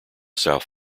south